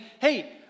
hey